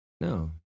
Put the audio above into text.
No